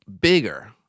bigger